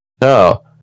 No